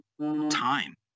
time